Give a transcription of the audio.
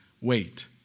Wait